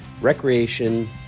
recreation